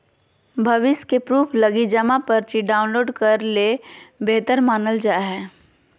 भविष्य के प्रूफ लगी जमा पर्ची डाउनलोड करे ल बेहतर मानल जा हय